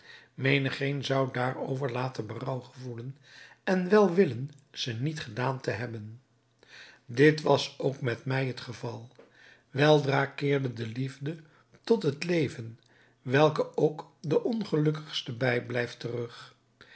menigeen zou daarover later berouw gevoelen en wel willen ze niet gedaan te hebben dit was ook met mij het geval weldra keerde de liefde tot het leven welke ook den ongelukkigste bijblijft terug